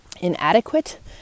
inadequate